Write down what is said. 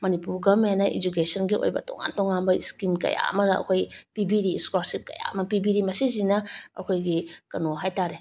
ꯃꯅꯤꯄꯨꯔ ꯒꯔꯃꯦꯟꯅ ꯏꯖꯨꯀꯦꯁꯟꯒꯤ ꯑꯣꯏꯕ ꯇꯣꯉꯥꯟ ꯇꯣꯉꯥꯟꯕ ꯏꯁꯀꯤꯝ ꯀꯌꯥ ꯑꯃꯅ ꯑꯩꯈꯣꯏ ꯄꯤꯕꯤꯔꯤ ꯏꯁꯀꯣꯂꯥꯔꯁꯤꯞ ꯀꯌꯥ ꯑꯃ ꯄꯤꯕꯤꯔꯤ ꯃꯁꯤꯁꯤꯅ ꯑꯩꯈꯣꯏꯒꯤ ꯀꯩꯅꯣ ꯍꯥꯏ ꯇꯥꯔꯦ